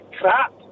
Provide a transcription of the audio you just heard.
crap